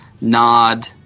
nod